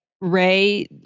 Ray